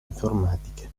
informatiche